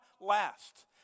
last